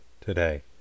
today